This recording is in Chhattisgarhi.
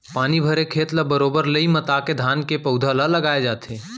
पानी भरे खेत ल बरोबर लई मता के धान के पउधा ल लगाय जाथे